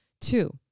Two